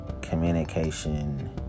communication